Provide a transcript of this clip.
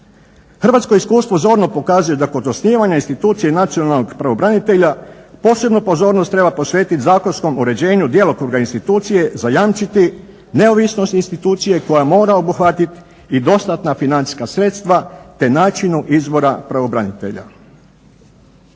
Hrvatsko iskustvo zorno pokazuje da kod osnivanja institucije nacionalnog pravobranitelja posebnu pozornost treba posvetiti zakonskom uređenju djelokruga institucije, zajamčiti neovisnost institucije koja mora obuhvatiti i dostatna financijska sredstva te načinu izbora pravobranitelja.